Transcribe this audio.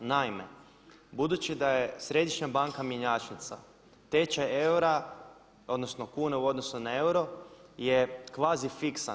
Naime, budući da je Središnja banka mjenjačnica tečaj eura odnosno kune u odnosu na euro je kvazi fiksan.